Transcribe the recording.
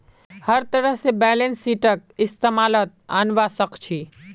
हर तरह से बैलेंस शीटक इस्तेमालत अनवा सक छी